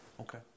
Okay